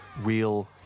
real